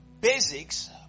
basics